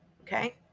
okay